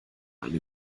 eine